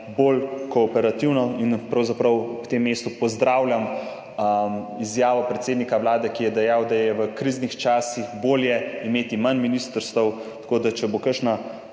bolj kooperativno in pravzaprav na tem mestu pozdravljam izjavo predsednika Vlade, ki je dejal, da je v kriznih časih bolje imeti manj ministrstev, tako da če bo prišla